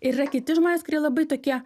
ir yra kiti žmonės kurie labai tokie